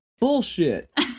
Bullshit